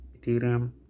Ethereum